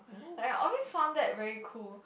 like I always found that very cool